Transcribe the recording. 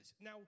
Now